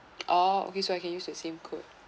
oh okay so I can use the same code